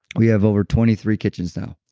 we have over twenty three kitchens now